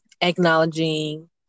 acknowledging